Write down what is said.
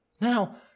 Now